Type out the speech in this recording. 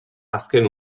azken